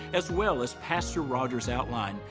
as well as pastor rogers' outline,